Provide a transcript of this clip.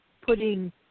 putting